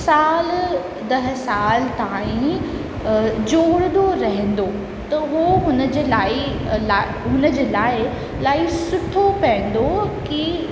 साल ॾह साल ताईं जोड़ंदो रहंदो त उहो हुनजे लाइ हुनजे लाइ इलाही सुठो पवंदो कि